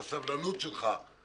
בסבלנות שלך,